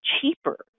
cheaper